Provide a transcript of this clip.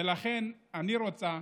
ולכן אני רוצָה